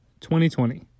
2020